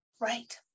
Right